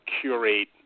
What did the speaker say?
curate